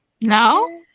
No